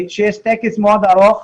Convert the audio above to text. שיש טקס מאוד ארוך.